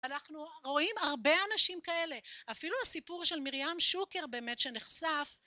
אנחנו רואים הרבה אנשים כאלה. אפילו הסיפור של מרים שוקר באמת שנחשף.